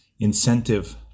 incentive